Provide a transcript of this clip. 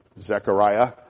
Zechariah